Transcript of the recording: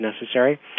necessary